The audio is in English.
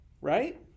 Right